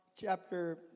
chapter